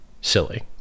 Silly